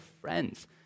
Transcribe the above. friends